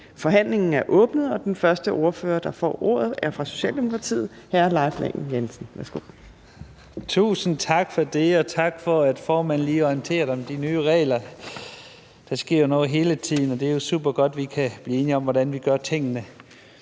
Forhandlingen er åbnet, og den første ordfører, der får ordet, er hr. Leif Lahn Jensen, Socialdemokratiet. Værsgo. Kl. 13:31 (Ordfører) Leif Lahn Jensen (S): Tusind tak for det, og tak for, at formanden lige orienterede om de nye regler. Der sker jo noget hele tiden, og det er supergodt, at vi kan blive enige om, hvordan vi gør tingene